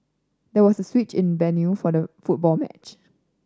there was a switch in the venue for the football match